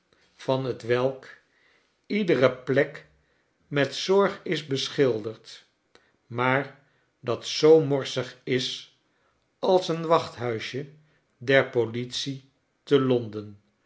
van hetwelk iedere plek met zorg is beschilderd maar dat zoo morsig is als een wachthuisje der politie te conden